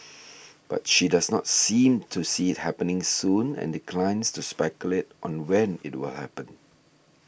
but she does not seem to see it happening soon and declines to speculate on when it were happen